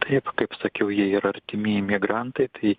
taip kaip sakiau jie ir artimieji migrantai tai